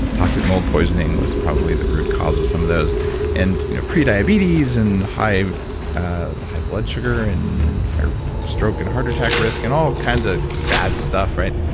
toxic mold poisoning was probably the root cause of some of those and you know pre-diabetes and high ah high blood sugar and high stroke and heart attack risk and all kinds of bad stuff, right?